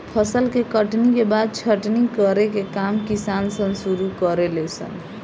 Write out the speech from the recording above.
फसल के कटनी के बाद छटनी करे के काम किसान सन शुरू करे ले सन